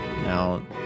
Now